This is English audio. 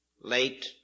late